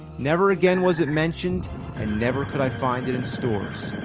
never again was it mentioned and never could i find it in stores.